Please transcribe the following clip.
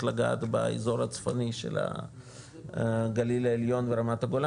לגעת באזור הצפוני של הגליל העליון ורמת הגולן,